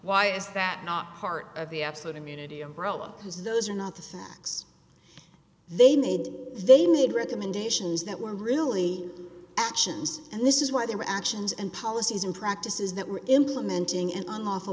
why is that not part of the absolute immunity umbrella because those are not the facts they made they made recommendations that were really actions and this is why there were actions and policies and practices that were implementing an unlawful